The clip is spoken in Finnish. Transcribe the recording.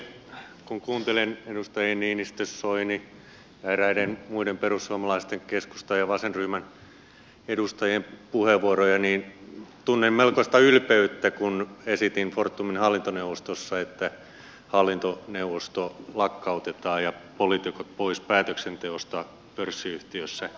kun kuuntelen edustajien niinistö soini ja eräiden muiden perussuomalaisten keskustan ja vasenryhmän edustajien puheenvuoroja niin tunnen melkoista ylpeyttä kun esitin fortumin hallintoneuvostossa että hallintoneuvosto lakkautetaan ja poliitikot pois päätöksenteosta pörssiyhtiössä